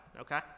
okay